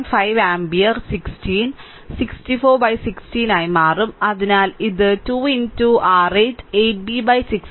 5 ampere 16 6416 ആയി മാറും അതിനാൽ ഇത് 2 r 8 8 b 16 0